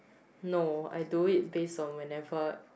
no I do it base on whenever